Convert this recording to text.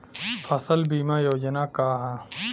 फसल बीमा योजना का ह?